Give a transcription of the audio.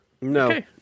No